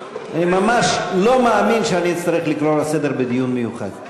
ממש לא מאמין שאני אצטרך לקרוא לסדר בדיון מיוחד.